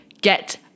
Get